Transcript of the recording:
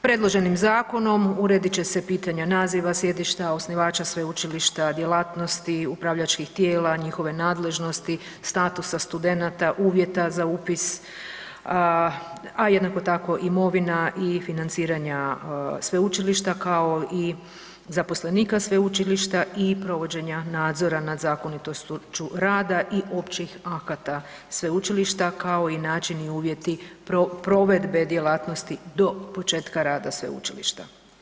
Predloženim zakonom uredit će se pitanja naziva, sjedišta, osnivača sveučilišta, djelatnosti upravljačkih tijela, njihove nadležnosti, statusa studenata, uvjeta za upis, a jednako tako imovina i financiranja sveučilišta, kao i zaposlenika sveučilišta i provođenja nadzora nad zakonitošću rada i općih akata sveučilišta, kao i način i uvjeti provedbe djelatnosti do početka rada sveučilišta.